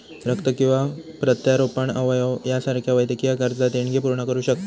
रक्त किंवा प्रत्यारोपण अवयव यासारख्यो वैद्यकीय गरजा देणगी पूर्ण करू शकता